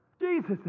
Jesus